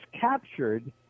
captured